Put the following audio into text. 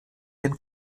den